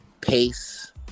pace